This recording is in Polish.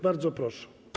Bardzo proszę.